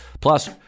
Plus